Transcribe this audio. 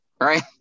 Right